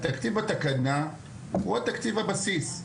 התקציב בתקנה הוא תקציב הבסיס,